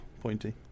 Pointy